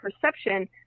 perception